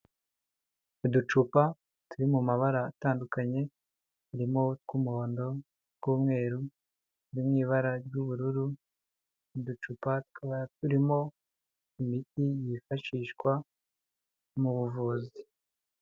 Uducupa turi mu mabara atandukanye, harimo utw'umuhondo, utw'umweru, uturi mu ibara ry'ubururu, uducupa tukaba turimo imiti yifashishwa mu buvuzi.